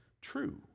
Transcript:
true